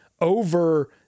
over